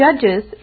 judges